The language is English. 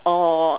or